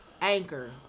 Anchor